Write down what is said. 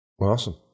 Awesome